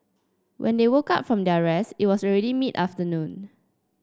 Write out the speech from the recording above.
when they woke up from their rest it was already mid afternoon